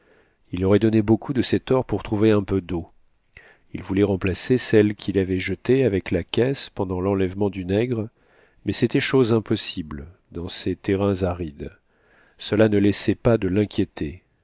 il aurait donné beaucoup de cet or pour trouver un peu d'eau il voulait remplacer celle qu'il avait jetée avec la caisse pendant l'enlèvement du nègre mais c'était chose impossible dans ces terrains arides cela ne laissait pas de l'inquiéter